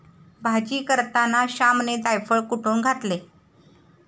भाजी करताना श्यामने जायफळ कुटुन घातले